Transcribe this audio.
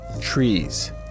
trees